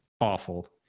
awful